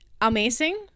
amazing